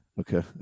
Okay